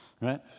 right